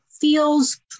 feels